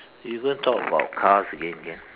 you don't talk about cars again can